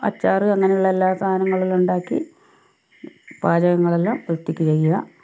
അച്ചാർ അങ്ങനെയുള്ള എല്ലാ സാധനങ്ങളെല്ലാം ഉണ്ടാക്കി പാചകങ്ങളെല്ലാം വൃത്തിയ്ക്ക് ചെയ്യുക